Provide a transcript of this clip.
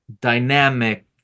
dynamic